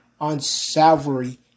unsavory